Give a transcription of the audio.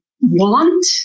want